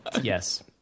yes